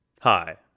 hi